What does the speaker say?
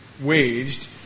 waged